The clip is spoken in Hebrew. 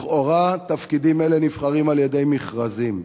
לכאורה לתפקידים אלה נבחרים על-ידי מכרזים,